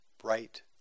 bright